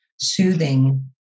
soothing